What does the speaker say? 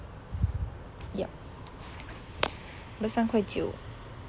yup but 三块九